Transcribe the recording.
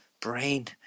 brain